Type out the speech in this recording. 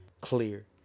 clear